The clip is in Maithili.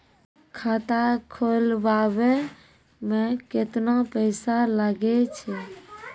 खाता खोलबाबय मे केतना पैसा लगे छै?